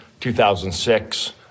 2006